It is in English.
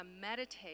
meditate